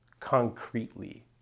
concretely